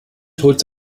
tod